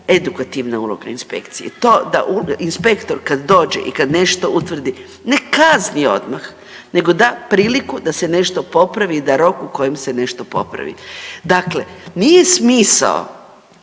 edukativna uloga inspekcije. To da inspektor kad dođe i kad nešto utvrdi ne kazni odmah, nego da priliku da se nešto popravi i da rok u kojem se nešto popravi. Dakle, nije smisao